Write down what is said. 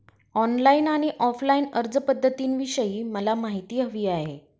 online आणि offline अर्जपध्दतींविषयी मला माहिती हवी आहे